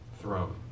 throne